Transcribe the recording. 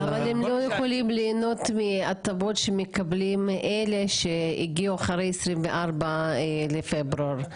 אבל הם לא יכולים להנות מהטבות שמקבלים אלה שהגיעו אחרי ה-24 לפברואר.